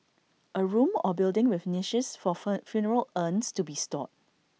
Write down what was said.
A room or building with niches for fur funeral urns to be stored